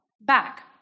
back